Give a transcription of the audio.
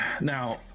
now